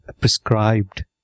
prescribed